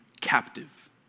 captive